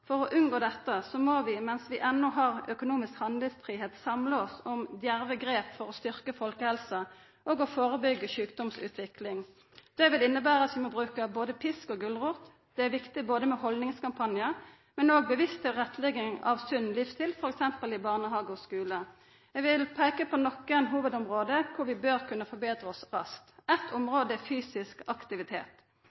For å unngå dette må vi, mens vi enno har økonomisk handlefridom, samla oss om djerve grep for å styrka folkehelsa og for å førebygga sjukdomsutvikling. Det vil innebera at vi må bruka både pisk og gulrot. Det er viktig med både haldningskampanjar og bevisst tilrettelegging av sunn livsstil, f.eks. i barnehage og skule. Eg vil peika på nokre hovudområde, der vi bør kunna forbetra oss raskt. Eit